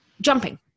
jumping